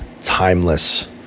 timeless